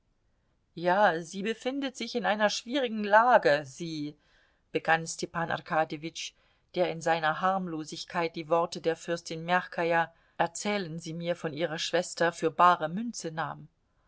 ja sie befindet sich in einer schwierigen lage sie begann stepan arkadjewitsch der in seiner harmlosigkeit die worte der fürstin mjachkaja erzählen sie mir von ihrer schwester für bare münze nahm